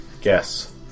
Guess